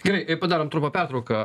gerai padarom trumpą pertrauką